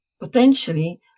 potentially